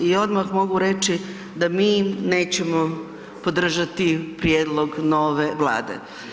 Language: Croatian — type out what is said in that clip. I odmah mogu reći da mi nećemo podržati prijedlog nove vlade.